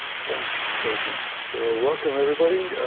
thanks caitlin. so welcome everybody.